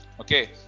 Okay